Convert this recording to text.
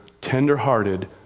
tender-hearted